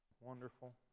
wonderful